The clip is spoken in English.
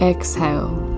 Exhale